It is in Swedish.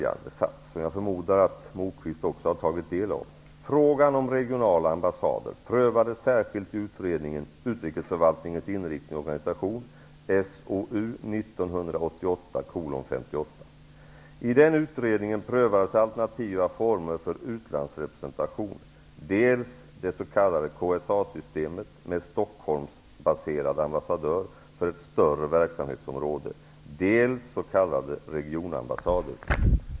Herr talman! Låt mig erinra om följande, som jag förmodar att också Lars Moquist har tagit del av. I den utredningen prövades alternativa former för utlandsrepresentation, dels det s.k. KSA-systemet med Stockholmsbaserad ambassadör för ett större verksamhetsområde, dels s.k. regionambassader.